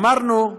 אמרנו,